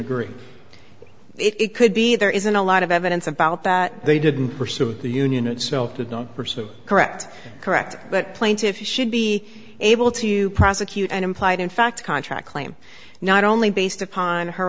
agree it could be there isn't a lot of evidence about that they didn't pursue it the union itself did not pursue correct correct but plaintiffs should be able to prosecute an implied in fact a contract claim not only based upon her